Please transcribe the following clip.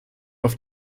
auf